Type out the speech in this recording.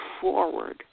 forward